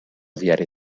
diari